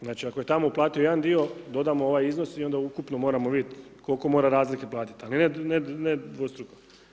Znači, ako je tamo uplatio jedan dio, dodamo ovaj iznos i onda ukupno moramo vidjeti koliko mora razlike platiti, a ne dvostruko.